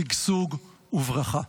שגשוג וברכה.